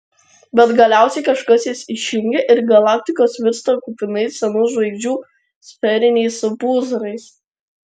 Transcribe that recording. bet galiausiai kažkas jas išjungia ir galaktikos virsta kupinais senų žvaigždžių sferiniais pūzrais